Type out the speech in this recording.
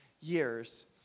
years